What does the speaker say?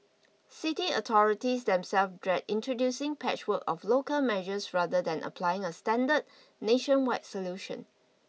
city authorities themselves dread introducing patchwork of local measures rather than applying a standard nationwide solution